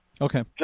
Okay